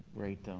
great, tom,